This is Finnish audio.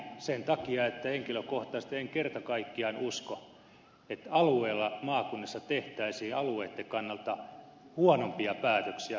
sen takia että henkilökohtaisesti en kerta kaikkiaan usko että alueella maakunnissa tehtäisiin alueitten kannalta huonompia päätöksiä kuin ministeriöissä